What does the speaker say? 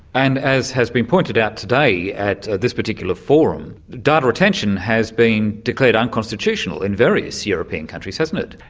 and, as has been pointed out today at this particular forum, data retention has been declared unconstitutional in various european countries, hasn't it.